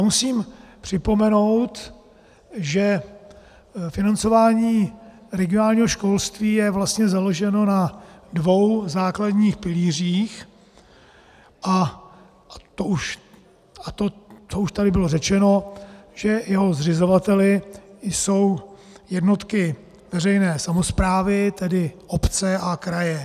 Musím připomenout, že financování regionálního školství je vlastně založeno na dvou základních pilířích, a to už tady bylo řečeno, že jeho zřizovateli jsou jednotky veřejné samosprávy, tedy obce a kraje.